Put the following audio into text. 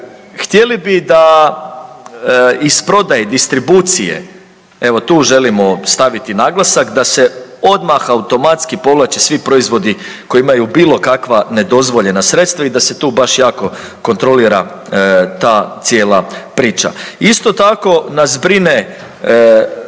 htjeli bi da iz prodaje, distribucije, evo tu želimo staviti naglasak, da se odmah automatski povlače svi proizvodi koji imaju bilokakva nedozvoljena sredstva i da se tu baš jako kontrolira ta cijela priča. Isto tako nas brine